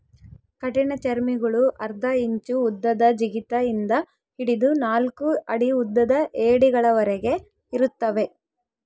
ಕಠಿಣಚರ್ಮಿಗುಳು ಅರ್ಧ ಇಂಚು ಉದ್ದದ ಜಿಗಿತ ಇಂದ ಹಿಡಿದು ನಾಲ್ಕು ಅಡಿ ಉದ್ದದ ಏಡಿಗಳವರೆಗೆ ಇರುತ್ತವೆ